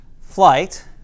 flight